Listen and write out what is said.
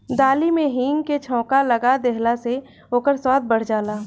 दाली में हिंग के छौंका लगा देहला से ओकर स्वाद बढ़ जाला